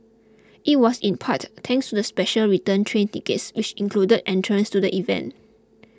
it was in part thanks to the special return train tickets which included entrance to the event